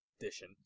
edition